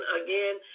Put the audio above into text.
again